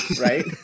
right